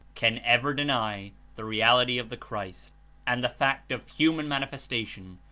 can ever deny the reality of the christ and the fact of human manifestation,